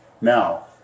Now